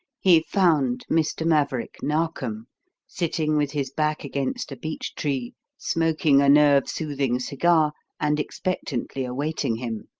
he found mr. marverick narkom sitting with his back against a beech-tree smoking a nerve-soothing cigar and expectantly awaiting him.